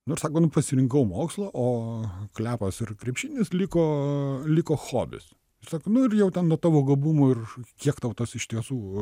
nu ir sako nu pasirinkau mokslą o klevas ir krepšinis liko liko hobis sako nu ir jau ten nuo tavo gabumų ir už kiek tau tas iš tiesų